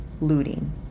looting